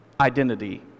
identity